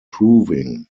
proving